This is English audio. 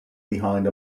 behind